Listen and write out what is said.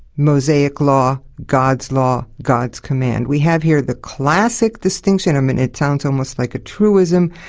mosaic law, god's law, god's command. we have here the classic distinction, i mean, it sounds almost like a truism,